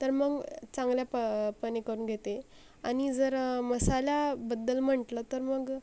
तर मग चांगल्याप पणे करून घेते आणि जर मसाल्याबद्दल म्हटलं तर मग